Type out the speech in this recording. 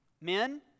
Men